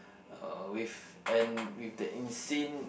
uh with and with the insane